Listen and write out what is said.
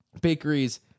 bakeries